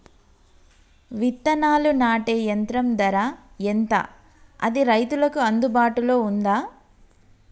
విత్తనాలు నాటే యంత్రం ధర ఎంత అది రైతులకు అందుబాటులో ఉందా?